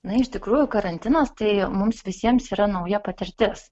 na iš tikrųjų karantinas tai mums visiems yra nauja patirtis